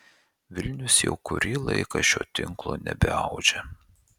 vilnius jau kurį laiką šio tinklo nebeaudžia